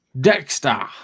Dexter